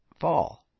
fall